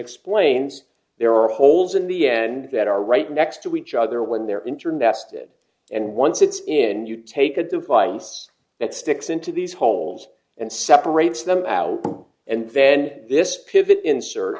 explains there are holes in the end that are right next to each other when they're internet stood and once it's in you take a device that sticks into these holes and separates them out and then this pivot ins